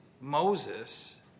Moses